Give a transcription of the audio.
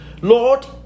Lord